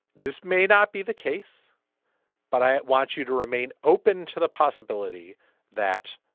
this may not be the case but i want you to remain open to the possibility that